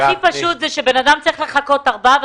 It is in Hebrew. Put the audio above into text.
אדם צריך לחכות ארבעה,